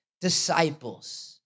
disciples